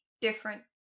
different